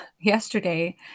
yesterday